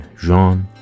Jean